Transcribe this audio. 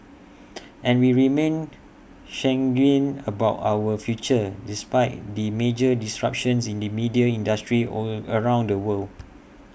and we remain sanguine about our future despite the major disruptions in the media industry all around the world